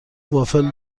وافل